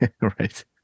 Right